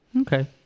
Okay